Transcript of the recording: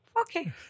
Okay